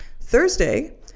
Thursday